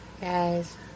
Guys